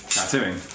Tattooing